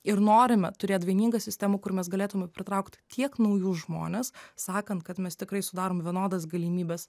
ir norime turėt vieningą sistemą kur mes galėtume pritraukt tiek naujus žmones sakant kad mes tikrai sudarom vienodas galimybes